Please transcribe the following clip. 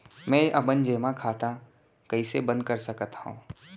मै अपन जेमा खाता कइसे बन्द कर सकत हओं?